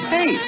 Hey